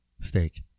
steak